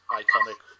iconic